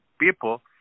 people